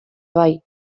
bai